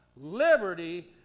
liberty